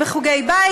בחוגי בית.